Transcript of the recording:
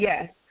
Yes